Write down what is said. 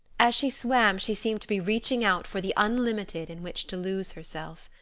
as she swam she seemed to be reaching out for the unlimited in which to lose herself.